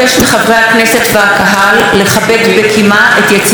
הכנסת והקהל לכבד בקימה את יציאת נשיא המדינה.